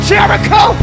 Jericho